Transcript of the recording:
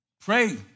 Pray